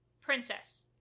princess